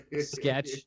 sketch